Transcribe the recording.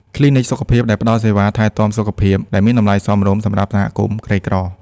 គ្លីនិកសុខភាពដែលផ្តល់សេវាថែទាំសុខភាពដែលមានតម្លៃសមរម្យសម្រាប់សហគមន៍ក្រីក្រ។